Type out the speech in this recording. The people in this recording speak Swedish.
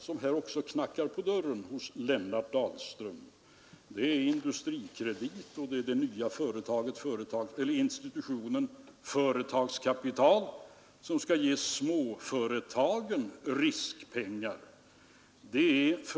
Det är ju en intressant tanke, även om jag reducerar de 13 miljarderna med de 20 procent som vi traditionellt brukar investera av totalförbättringen.